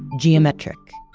geometric,